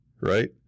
right